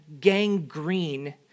gangrene